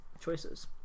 Choices